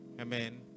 Amen